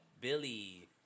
Billy